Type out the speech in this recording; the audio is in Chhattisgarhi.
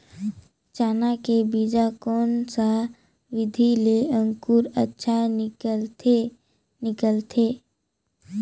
चाना के बीजा कोन सा विधि ले अंकुर अच्छा निकलथे निकलथे